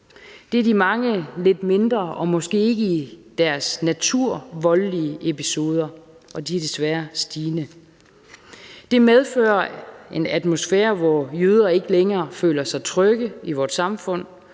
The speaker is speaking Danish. Det er de mange lidt mindre og måske ikke i deres natur voldelige episoder, og de er desværre i stigning. Det medfører en atmosfære, hvor jøder ikke længere føler sig trygge i vores samfund